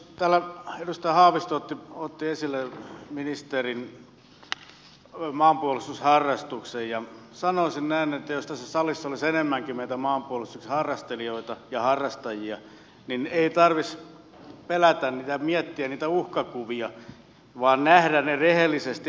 täällä edustaja haavisto otti esille ministerin maanpuolustusharrastuksen ja sanoisin näin että jos tässä salissa olisi enemmänkin meitä maanpuolustusharrastelijoita ja harrastajia niin ei tarvitsisi pelätä ja miettiä niitä uhkakuvia vaan voisi nähdä ne rehellisesti